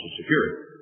Security